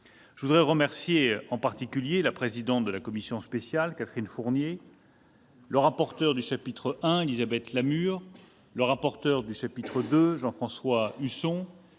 Je voudrais tout particulièrement remercier la présidente de la commission spéciale, Catherine Fournier, le rapporteur sur le chapitre I, Élisabeth Lamure, le rapporteur sur le chapitre II, Jean-François Husson,